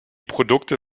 produkte